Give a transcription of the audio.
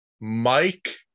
Mike